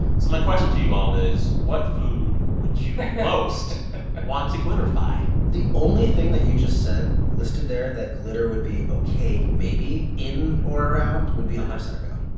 so my question to you all is, what food would you most want to glitter-fy? the only thing that you just said listed there that glitter would be ok maybe in or around would be the prosecco,